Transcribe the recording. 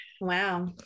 Wow